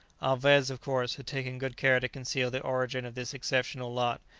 alvez, of course, had taken good care to conceal the origin of this exceptional lot,